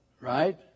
right